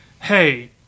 hey